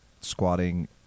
squatting